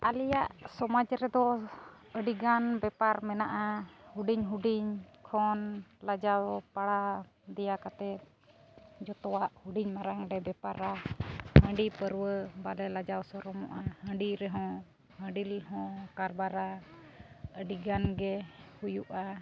ᱟᱞᱮᱭᱟᱜ ᱥᱚᱢᱟᱡᱽ ᱨᱮᱫᱚ ᱟᱹᱰᱤ ᱜᱟᱱ ᱵᱮᱯᱟᱨ ᱢᱮᱱᱟᱜᱼᱟ ᱦᱩᱰᱤᱧ ᱦᱩᱰᱤᱧ ᱠᱷᱚᱱ ᱞᱟᱡᱟᱣ ᱯᱟᱲᱟᱣ ᱫᱮᱭᱟ ᱠᱟᱛᱮᱫ ᱡᱚᱛᱚᱣᱟᱜ ᱦᱩᱰᱤᱧ ᱢᱟᱨᱟᱝ ᱞᱮ ᱵᱮᱯᱟᱨᱟ ᱦᱟᱺᱰᱤ ᱯᱟᱹᱨᱣᱟᱹ ᱵᱟᱞᱮ ᱥᱟᱞᱟᱣ ᱥᱚᱨᱚᱢᱟᱜᱼᱟ ᱦᱟᱺᱰᱤ ᱨᱮ ᱦᱚᱸ ᱦᱟᱺᱰᱤ ᱦᱚᱸ ᱠᱟᱨᱵᱟᱨᱟ ᱟᱹᱰᱤ ᱜᱟᱱ ᱜᱮ ᱦᱩᱭᱩᱜᱼᱟ